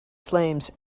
flames